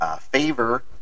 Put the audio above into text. Favor